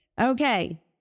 Okay